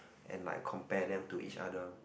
and like compare them to each other